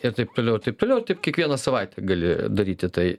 ir taip toliau ir taip toliau taip kiekvieną savaitę gali daryti tai